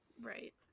right